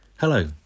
Hello